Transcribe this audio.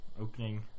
opening